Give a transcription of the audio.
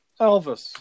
Elvis